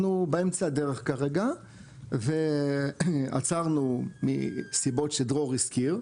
אנחנו באמצע הדרך כרגע ועצרנו מסיבות שדרור הזכיר,